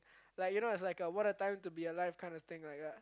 like you know it's like one of the time to be a life kind of thing like that